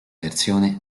versione